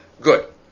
Good